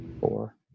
four